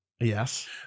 Yes